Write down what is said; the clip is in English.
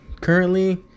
currently